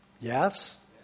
Yes